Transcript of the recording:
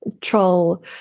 troll